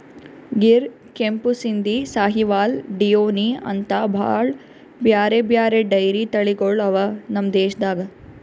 ಗಿರ್, ಕೆಂಪು ಸಿಂಧಿ, ಸಾಹಿವಾಲ್, ಡಿಯೋನಿ ಅಂಥಾ ಭಾಳ್ ಬ್ಯಾರೆ ಬ್ಯಾರೆ ಡೈರಿ ತಳಿಗೊಳ್ ಅವಾ ನಮ್ ದೇಶದಾಗ್